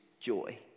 joy